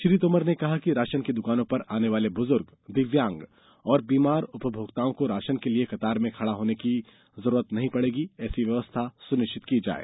श्री तोमर ने कहा कि राशन की दुकानों पर आने वाले ब्जूर्ग दिव्यांग तथा बीमार उपभोक्ताओं को राशन के लिये कतार में खड़ा नहीं होना पड़े ऐसी व्यवस्था सुनिश्चित की जाये